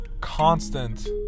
constant